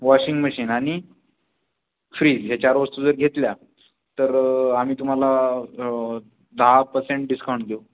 washing machine आणि fridge ह्या चार वस्तू जर घेतल्या तर आम्ही तुम्हाला दहा पर्सेंट डिस्काऊंट देऊ